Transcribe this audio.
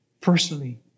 personally